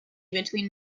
between